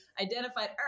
identified